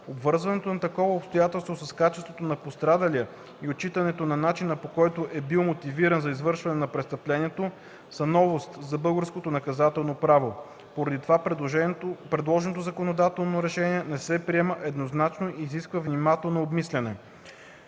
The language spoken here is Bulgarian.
Обвързването на такова обстоятелство с качеството на пострадалия и отчитането на начина, по който е бил мотивиран за извършването на престъплението, са новост за българското наказателно право. Поради това предложеното законодателно решение не се приема еднозначно и изисква внимателно обмисляне;